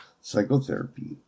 psychotherapy